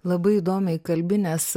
labai įdomiai kalbi nes